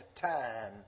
time